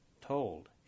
told